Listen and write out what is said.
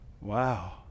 Wow